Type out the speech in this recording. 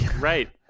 right